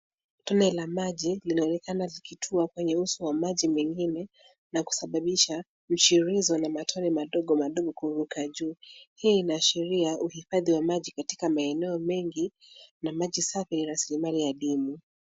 Tone la maji linaonekana likitua kwenye uso wa maji mengine na kusababisha mchiririzo na matone madogo madogo kuruka juu. Hii inaashiria uhifadhi wa maji katika maeneo mengi, na maji safi ni raslimali adimu.